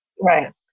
Right